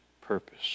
purpose